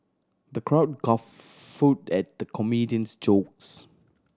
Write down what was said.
the crowd guffawed at the comedian's jokes